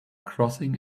crossing